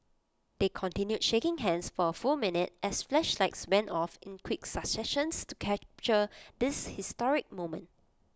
they continued shaking hands for A full minute as flashlights went off in quick successions to capture this historic moment